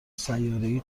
سیارهای